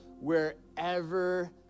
wherever